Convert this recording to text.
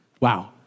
Wow